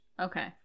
Okay